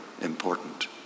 important